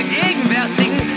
gegenwärtigen